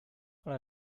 ale